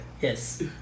Yes